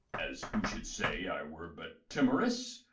as who should say i were but timorous.